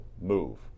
move